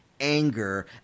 anger